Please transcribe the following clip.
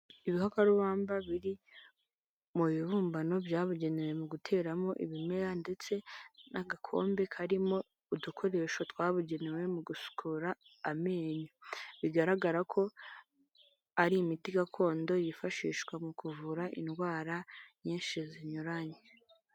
Ibikakarubamba biri mu bihibumbano byabugenewe mu guteramo ibimera, ndetse n'agakombe karimo udukoresho twabugenewe mu gusu amenyo. Bigaragara ko ari imiti gakondo yifashishwa mu kuvura indwara nyinshi zinyuranye.